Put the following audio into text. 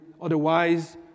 Otherwise